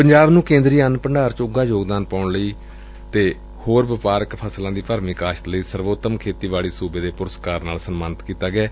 ਪੰਜਾਬ ਨੂੰ ਕੇਂਦਰੀ ਅੰਨ ਭੰਡਾਰ ਵਿਚ ਉਘਾ ਯੋਗਦਾਨ ਪਾਉਣ ਅਤੇ ਹੋਰਨਾਂ ਵਪਾਰਕ ਫਸਲਾਂ ਦੀ ਭਰਵੀਂ ਕਾਸਤ ਲਈ ਸਰਵੋਤਮ ਖੇਤੀਬਾੜੀ ਸੁਬੇ ਦੇ ਪੁਰਸਕਾਰ ਨਾਲ ਸਨਮਾਨਿਤ ਕੀਤਾ ਗਿਐ